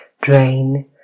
drain